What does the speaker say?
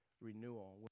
renewal